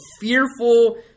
fearful